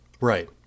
right